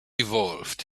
evolved